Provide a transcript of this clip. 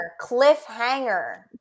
Cliffhanger